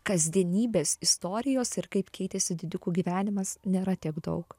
kasdienybės istorijos ir kaip keitėsi didikų gyvenimas nėra tiek daug